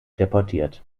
deportiert